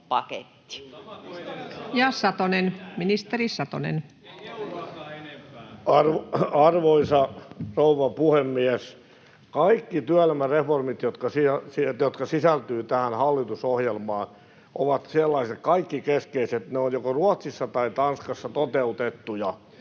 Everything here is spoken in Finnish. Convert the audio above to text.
Arvoisa rouva puhemies! Kaikki keskeiset työelämäreformit, jotka sisältyvät tähän hallitusohjelmaan, ovat sellaisia, jotka ovat joko Ruotsissa tai Tanskassa toteutettuja,